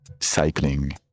Cycling